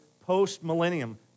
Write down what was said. post-millennium